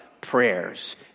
prayers